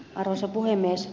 arvoisa puhemies